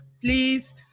please